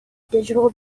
digital